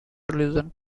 religion